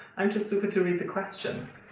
i'm too stupid to read the questions.